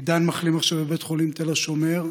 עידן מחלים עכשיו בבית החולים תל השומר,